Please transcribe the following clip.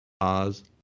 Oz